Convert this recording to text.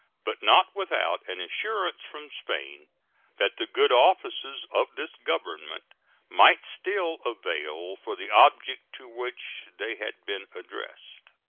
but not without an assurance from spain that the good offices of this government might still avail for the objects to which they had been addressed.